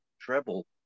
treble